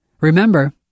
Remember